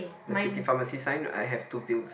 the city pharmacy sign I have two pills